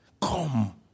Come